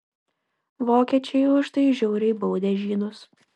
vokiečiai už tai žiauriai baudė žydus